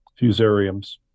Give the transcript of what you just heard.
Fusariums